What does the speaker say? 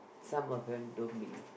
some of them don't believe